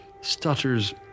stutters